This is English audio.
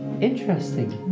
Interesting